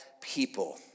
people